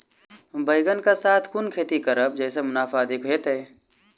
बैंगन कऽ साथ केँ खेती करब जयसँ मुनाफा अधिक हेतइ?